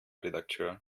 redakteur